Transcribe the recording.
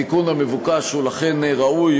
התיקון המבוקש הוא ראוי,